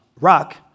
rock